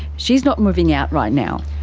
she's not moving out right now.